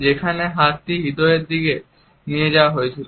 যেখানে হাতটি হৃদয়ের দিকে নিয়ে যাওয়া হয়েছিল